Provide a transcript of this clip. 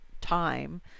time